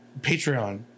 Patreon